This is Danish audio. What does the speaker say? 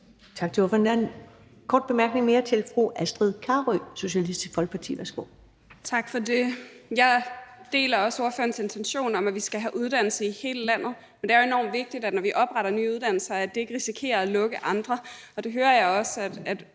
Tak for det. Jeg deler også ordførerens intention om, at vi skal have uddannelse i hele landet. Men det er enormt vigtigt, når vi opretter nye uddannelser, at det ikke risikerer at lukke andre, og det hører jeg at